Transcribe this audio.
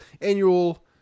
annual